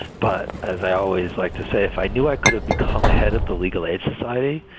but as i always like to say, if i knew, i could have become head of the legal aid society,